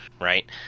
Right